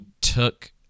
took